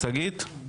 שגית?